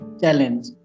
challenge